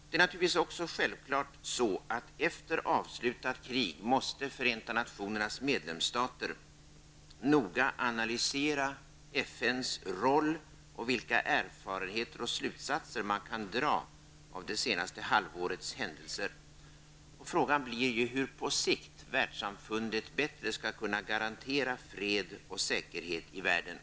Självfallet måste också Förenta nationernas medlemsstater efter ett avslutat krig noga analysera FNs roll och vilka erfarenheter och slutsatser man kan dra av det senaste halvårets händelser. Frågan blir hur världssamfundet på sikt skall kunna garantera fred och säkerhet i världen.